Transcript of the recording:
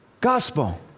gospel